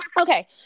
okay